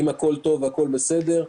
כך שאם הכול טוב והכול בסדר,